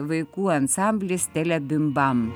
vaikų ansamblis telebimbam